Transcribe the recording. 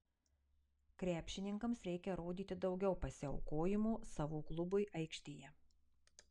krepšininkams reikia rodyti daugiau pasiaukojimo savo klubui aikštėje